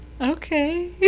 okay